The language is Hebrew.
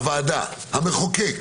הוועדה, המחוקק